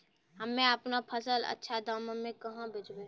हम्मे आपनौ फसल अच्छा दामों मे कहाँ बेचबै?